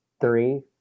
three